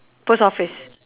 post office